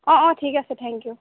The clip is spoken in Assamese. অঁ অঁ ঠিক আছে থেং ইউ